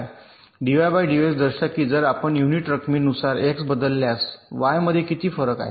dy dx दर्शवा की जर आपण युनिट रकमेनुसार x बदलल्यास y मध्ये किती फरक आहे